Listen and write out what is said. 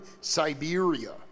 Siberia